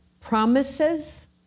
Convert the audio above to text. promises